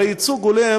הרי ייצוג הולם